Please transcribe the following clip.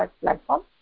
platform